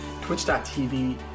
Twitch.tv